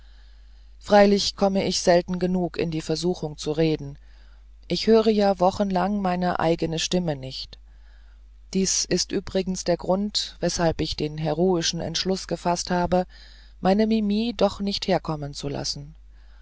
freilich komme ich selten genug in die versuchung zu reden ich höre ja wochenlang meine eigene stimme nicht dies ist übrigens der grund weshalb ich den heroischen entschluß gefaßt habe meine mimi doch nicht herkommen zu lassen